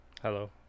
Hello